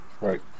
Right